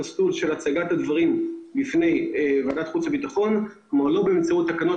שנכון יהיה לעבור במסלול של ועדת החוץ והביטחון ובאישור של הוועדה